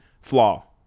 flaw